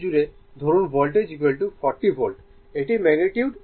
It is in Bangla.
সুতরাং এটি জুড়ে ধরুন ভোল্টেজ 40 ভোল্ট এটি ম্যাগনিটিউড